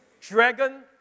Dragon